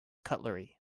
cutlery